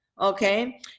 Okay